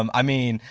um i mean,